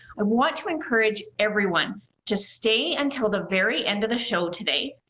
i want to encourage everyone to stay until the very end of the show today,